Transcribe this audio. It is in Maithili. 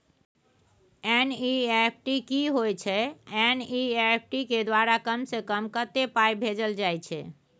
एन.ई.एफ.टी की होय छै एन.ई.एफ.टी के द्वारा कम से कम कत्ते पाई भेजल जाय छै?